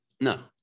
No